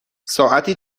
ساعتی